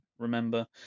remember